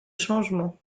changement